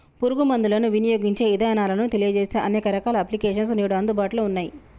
పురుగు మందులను వినియోగించే ఇదానాలను తెలియజేసే అనేక రకాల అప్లికేషన్స్ నేడు అందుబాటులో ఉన్నయ్యి